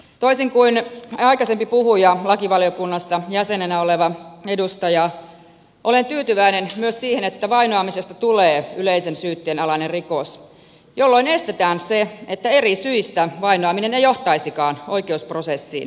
toisin kuin aikaisempi puhuja lakivaliokunnassa jäsenenä oleva edustaja olen tyytyväinen myös siihen että vainoamisesta tulee yleisen syytteen alainen rikos jolloin estetään se että eri syistä vainoaminen ei johtaisikaan oikeusprosessiin